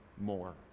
more